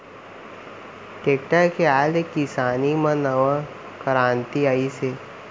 tractor के आए ले किसानी म नवा करांति आइस हे